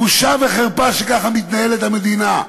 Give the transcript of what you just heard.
בושה וחרפה שככה מתנהלת המדינה.